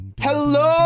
Hello